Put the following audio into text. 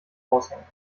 raushängen